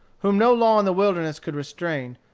whom no law in the wilderness could restrain,